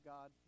God